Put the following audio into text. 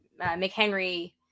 McHenry